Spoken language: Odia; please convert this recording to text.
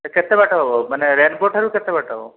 ସେ କେତେ ବାଟ ହବ ମାନେ ରେନ୍ବୋଠାରୁ କେତେ ବାଟ ହବ